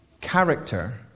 character